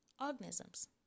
organisms